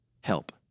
help